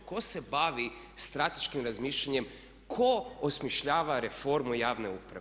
Tko se bavi strateškim razmišljanjem, tko osmišljava reformu javne uprave?